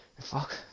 Fuck